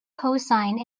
cosine